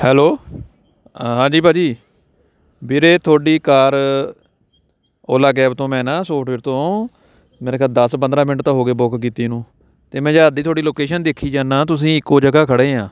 hello ਹਾਂਜੀ ਭਾਅ ਜੀ ਵੀਰੇ ਤੁਹਾਡੀ ਕਾਰ ਓਲਾ ਕੈਬ ਤੋਂ ਮੈਂ ਨਾ ਸੋਫਟਵੇਅਰ ਤੋਂ ਮੇਰੇ ਖਿਆਲ ਦਸ ਪੰਦਰ੍ਹਾਂ ਮਿੰਟ ਤਾਂ ਹੋ ਗਏ ਬੁੱਕ ਕੀਤੀ ਨੂੰ ਅਤੇ ਮੈਂ ਜਦ ਦੀ ਤੁਹਾਡੀ ਲੋਕੇਸ਼ਨ ਦੇਖੀ ਜਾਂਦਾ ਤੁਸੀਂ ਇੱਕੋ ਜਗ੍ਹਾ ਖੜ੍ਹੇ ਹਾਂ